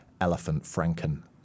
elephant-franken